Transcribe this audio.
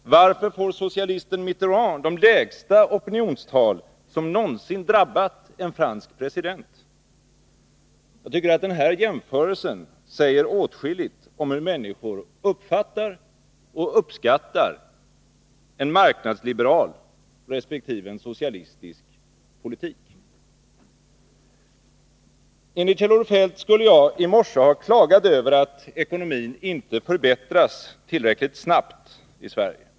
Varför får socialisten Mitterrand de lägsta opinionstal som någonsin drabbat en fransk president? Jag tycker att dessa uppgifter säger åtskilligt om hur människor uppfattar och uppskattar en marknadsliberal resp. en socialistisk politik. Enligt Kjell-Olof Feldt skulle jag i morse ha klagat över att ekonomin inte förbättras tillräckligt snabbt i Sverige.